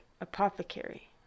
apothecary